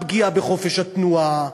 הפגיעה בחופש התנועה,